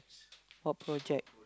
for project